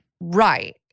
Right